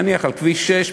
נניח שעל כביש 6,